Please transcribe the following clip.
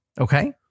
Okay